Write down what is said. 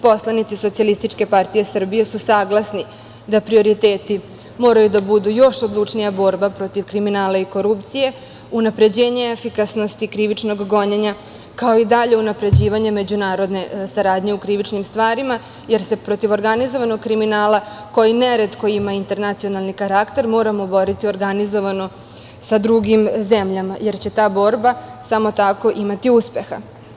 Poslanici SPS su saglasni da prioriteti moraju da budu još odlučnija borba protiv kriminala i korupcije, unapređenje efikasnosti krivičnog gonjenja, kao i dalje unapređivanje međunarodne saradnje u krivičnim stvarima, jer se protiv organizovanog kriminala, koji neretko ima internacionalni karakter, moramo boriti organizovano sa drugim zemljama, jer će ta borba samo tako imati uspeha.